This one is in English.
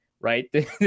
Right